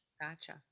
Gotcha